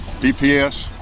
DPS